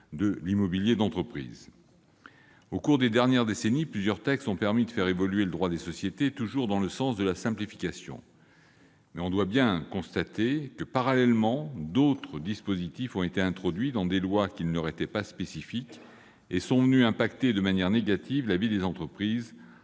de l'immobilier d'entreprise. Au cours des dernières décennies, plusieurs textes ont permis de faire évoluer le droit des sociétés, toujours dans le sens de la simplification. Mais on doit bien constater que, parallèlement, d'autres dispositifs ont été introduits dans des lois qui n'étaient pas spécifiques aux sociétés et sont venus toucher de manière négative la vie des entreprises,